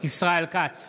ישראל כץ,